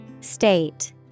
State